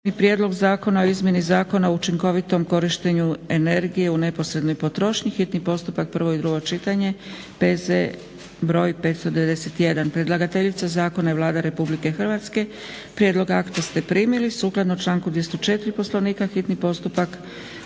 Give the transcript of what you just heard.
Prijedlog zakona o izmjeni Zakona o učinkovitom korištenju energije u neposrednoj potrošnji, s konačnim prijedlogom zakona, hitni postupak, prvo i drugo čitanje, P.Z. br. 591. Predlagateljica Zakona je Vlada RH. Prijedlog akta ste primili. Sukladno članku 204. Poslovnika hitni postupak